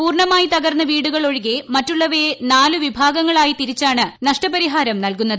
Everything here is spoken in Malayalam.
പൂർണ്ണമായി തകർന്ന വീടുകൾ ഒഴികെ മറ്റുളളവയെ നാലു വിഭാഗങ്ങളായി തിരിച്ചാണ് നൃഷ്ടപരിഹാരം നൽകുന്നത്